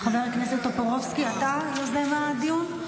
חבר הכנס טופורובסקי, אתה יוזם הדיון?